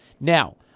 Now